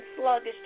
sluggish